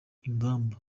ingamba